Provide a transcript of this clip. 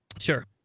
Sure